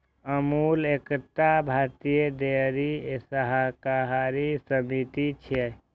अमूल एकटा भारतीय डेयरी सहकारी समिति छियै